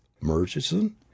Murchison